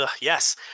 Yes